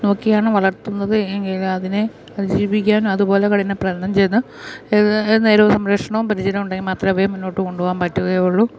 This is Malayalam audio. നോക്കിയാണ് വളർത്തുന്നത് എങ്കിലും അതിനെ അതിജീവിക്കാനും അതുപോലെ കഠിന പ്രയത്നം ചെയ്ത് ഏത് ഏത് നേരവും സംരക്ഷണവും പരിചരണവും ഉണ്ടെങ്കിൽ മാത്രമേ അവയെ മുന്നോട്ട് കൊണ്ട് പോവാൻ പറ്റുകയുള്ളു